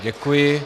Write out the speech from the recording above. Děkuji.